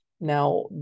Now